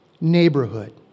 neighborhood